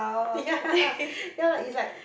ya haha ya lah it's like